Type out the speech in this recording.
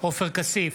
עופר כסיף,